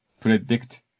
predict